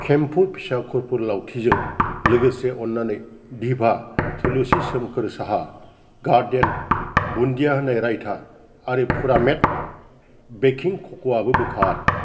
केम्फु फिसा खरफुर लावथिजों लोगोसे अन्नानै दिभा थुलुन्सि सोमखोर साहा गार्डेन बुन्दिया होनाय रायता आरो पुरामेट बेकिं कक'आबो बोखार